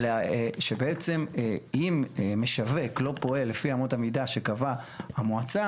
שבעצם אם משווק לא פועל לפי אמות המידה שקבעה המועצה